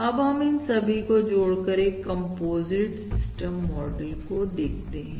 अब हम इन सभी को जोड़कर एक कंपोजिट सिस्टम मॉडल को देखते हैं